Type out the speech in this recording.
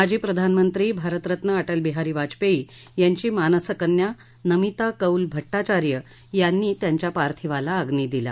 माजी प्रधानमंत्री भारतरत्न अटल बिहारी वाजपेयी यांची मानस कन्या नमिता कौल भट्टाचार्य यांनी त्यांच्या पार्थिवाला अग्नी दिला